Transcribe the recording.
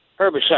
herbicide